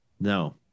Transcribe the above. No